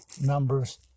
numbers